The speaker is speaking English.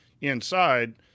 inside